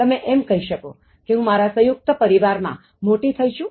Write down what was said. તમે એમ કહી શકો હું મારા સંયુક્ત પરિવાર માં મોટી થઈ છું